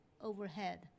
overhead